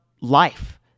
life